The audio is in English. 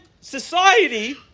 society